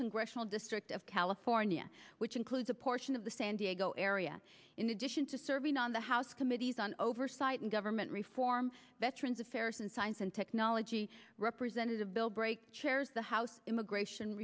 congressional district of california which includes a portion of the san diego area in addition to serving on the house committees on oversight and government reform veterans affairs and science and technology representative bill break chairs the house immigration